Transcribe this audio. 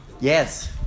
Yes